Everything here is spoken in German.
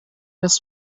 dass